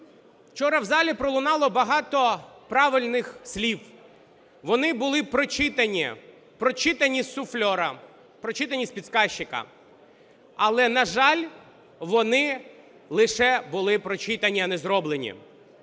вчора в залі пролунало багато правильних слів. Вони були прочитані, прочитані з суфлера, прочитані з підкажчика, але, на жаль, вони лише були прочитані, а не зроблені.